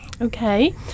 okay